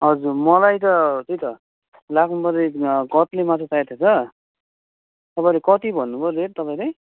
हजुर मलाई त त्यही त लाखुमबरेमा कत्ले माछा चाहिएको थियो त तपाईँले कति भन्नुभयो रेट तपाईँले